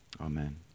Amen